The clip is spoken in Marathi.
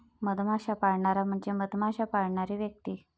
मधमाश्या पाळणारा म्हणजे मधमाश्या पाळणारी व्यक्ती